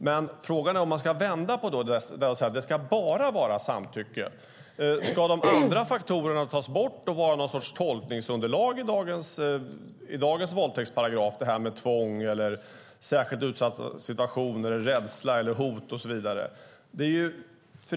Frågan är dock om man ska vända på det hela och säga att det ska vara bara samtycke - ska då de andra faktorerna tas bort och bara vara något slags tolkningsunderlag i dagens våldtäktsparagraf? Jag talar om detta med tvång, särskilt utsatt situation, rädsla, hot och så vidare.